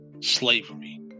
slavery